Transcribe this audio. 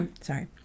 sorry